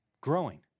growing